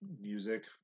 music